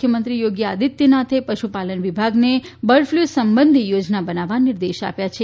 મુખ્યમંત્રી યોગી આદિત્યનાથે પશુપાલન વિભાગને બર્ડફ્લ્ સંબંધી યોજના બનાવવા નિર્દેશ આપ્યા છે